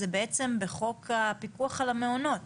זה בעצם בחוק הפיקוח על המעונות.